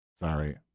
Sorry